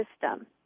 system